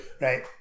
Right